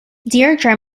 deirdre